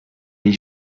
les